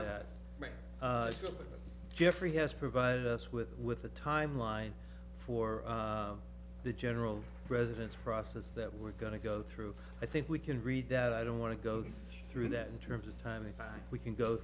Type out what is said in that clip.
that jeffrey has provided us with with a timeline for the general residence process that we're going to go through i think we can read that i don't want to go through that in terms of time if we can go